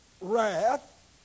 wrath